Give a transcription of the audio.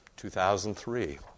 2003